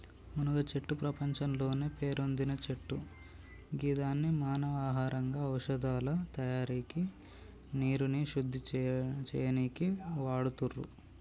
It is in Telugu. మునగచెట్టు ప్రపంచంలోనే పేరొందిన చెట్టు గిదాన్ని మానవ ఆహారంగా ఔషదాల తయారికి నీరుని శుద్ది చేయనీకి వాడుతుర్రు